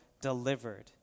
delivered